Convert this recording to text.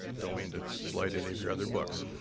don't mean to slight any of your other books.